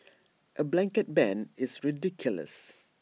A blanket ban is ridiculous